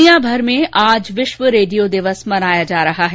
दुनिया भर में आज विश्व रेडियो दिवस मनाया जा रहा है